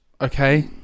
okay